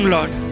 Lord